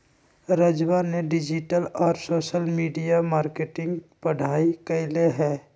राजवा ने डिजिटल और सोशल मीडिया मार्केटिंग के पढ़ाई कईले है